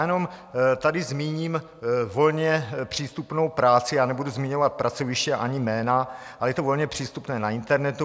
Jenom tady zmíním volně přístupnou práci nebudu zmiňovat pracoviště ani jména, ale je to volně přístupné na internetu.